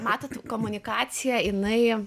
matote komunikacija jinai